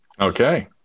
Okay